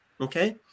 okay